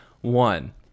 one